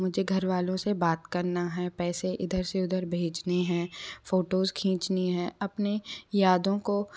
मुझे घर वालों से बात करना है पैसे इधर से उधर भेजने हैं फोटोज़ खींचने हैं अपने यादों को